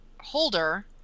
holder